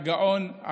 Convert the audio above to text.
הגאון,